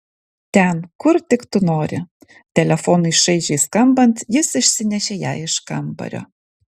ten kur tik tu nori telefonui šaižiai skambant jis išsinešė ją iš kambario